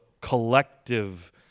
collective